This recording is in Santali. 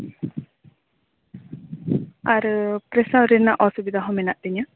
ᱟᱨ ᱯᱨᱮᱥᱟᱨ ᱨᱮᱱᱟᱜ ᱚᱥᱩᱵᱤᱫᱟ ᱦᱚᱸ ᱢᱮᱱᱟᱜ ᱛᱤᱧᱟᱹ